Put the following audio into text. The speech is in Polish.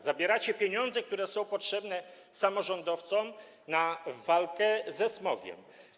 Zabieracie pieniądze, które są potrzebne samorządowcom na walkę ze smogiem.